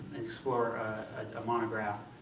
explore a monograph.